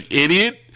idiot